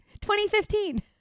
2015